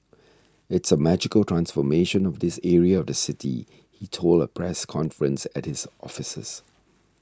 it is a magical transformation of this area of the city he told a press conference at his offices